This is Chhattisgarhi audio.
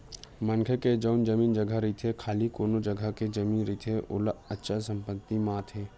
मनखे के जउन जमीन जघा रहिथे खाली कोनो जघा के जमीन रहिथे ओहा अचल संपत्ति म आथे